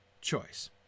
choice